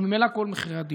וממילא על כל מחירי הדיור.